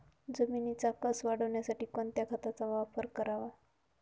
जमिनीचा कसं वाढवण्यासाठी कोणत्या खताचा वापर करावा?